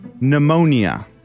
Pneumonia